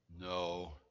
No